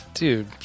Dude